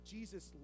Jesus